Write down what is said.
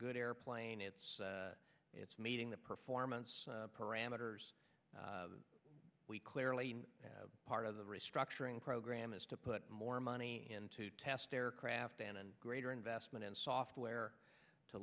good airplane it's it's meeting the performance parameters we clearly have part of the restructuring program is to put more money into test aircraft and and greater investment in software to